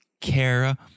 Kara